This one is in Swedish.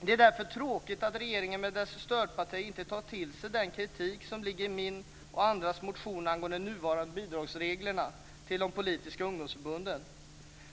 Det är därför tråkigt att regeringen med dess stödpartier inte tar till sig den kritik som finns i min och andras motion angående de nuvarande reglerna för bidrag till de politiska ungdomsförbunden.